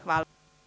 Hvala.